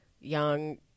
young